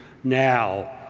now,